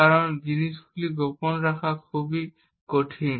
কারণ জিনিসগুলি গোপন রাখা খুব কঠিন